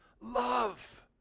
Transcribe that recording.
love